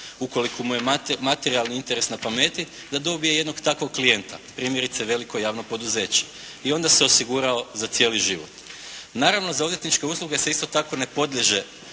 ukoliko mu je materijalni interes na pameti da dobije jednog takvog klijenta, primjerice veliko javno poduzeće i onda se osigurao za cijeli život. Naravno za odvjetničke usluge se isto tako ne podliježe